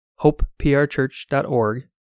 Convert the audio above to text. hopeprchurch.org